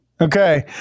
Okay